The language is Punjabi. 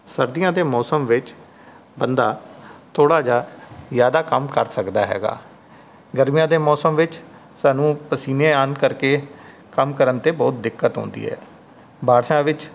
ਸਰਦੀਆਂ ਦੇ ਮੌਸਮ ਵਿੱਚ ਬੰਦਾ ਥੋੜ੍ਹਾ ਜਿਹਾ ਜ਼ਿਆਦਾ ਕੰਮ ਕਰ ਸਕਦਾ ਹੈਗਾ ਗਰਮੀਆਂ ਦੇ ਮੌਸਮ ਵਿੱਚ ਸਾਨੂੰ ਪਸੀਨੇ ਆਉਣ ਕਰਕੇ ਕੰਮ ਕਰਨ 'ਤੇ ਬਹੁਤ ਦਿੱਕਤ ਆਉਂਦੀ ਹੈ ਬਾਰਿਸ਼ਾਂ ਵਿੱਚ